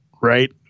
right